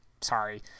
Sorry